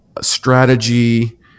strategy